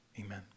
amen